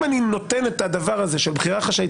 אם אני נותן את הדבר הזה של בחירה חשאית